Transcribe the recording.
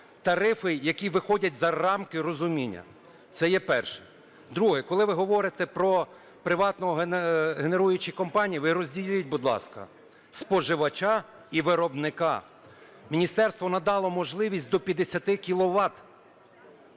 тарифи, які виходять за рамки розуміння. Це є перше. Друге. Коли ви говорите про приватні генеруючі компанії, ви розділіть, будь ласка, споживача і виробника. Міністерство надало можливість до 50